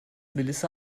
melissa